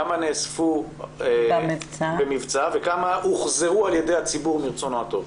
כמה נאספו במבצע וכמה הוחזרו על ידי הציבור מרצונו הטוב?